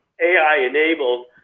AI-enabled